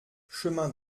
chemin